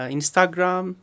Instagram